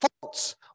faults